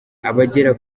abagera